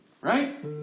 Right